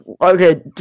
okay